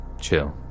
chill